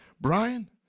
Brian